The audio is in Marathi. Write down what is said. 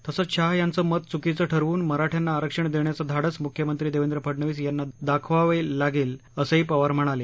तसंच शहा यांचं मत चुकीचं ठरवून मराठ्यांना आरक्षण देण्याचं धाडस मुख्यमंत्री देवेंद्र फडणवीस यांना दाखवावं लागेल असंही पवार म्हणाले